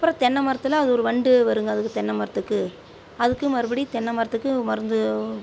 அப்புறம் தென்னை மரத்தில் அது ஒரு வண்டு வரும்ங்க அதுவும் தென்னைமரத்துக்கு அதுக்கு மறுபடியும் தென்னை மரத்துக்கு மருந்து